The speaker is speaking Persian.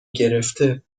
گرفته